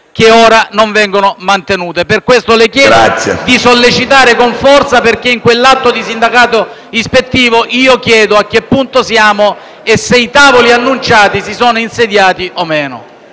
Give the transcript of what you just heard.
che ora non vengono mantenute. Per questo, Presidente, le chiedo di sollecitare con forza la risposta a quell'atto di sindacato ispettivo con il quale chiedo a che punto siamo e se i tavoli annunciati si sono insediati o no.